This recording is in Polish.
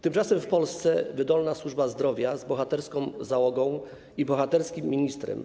Tymczasem w Polsce wydolna służba zdrowia z bohaterską załogą i bohaterskim ministrem.